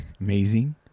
Amazing